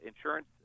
insurance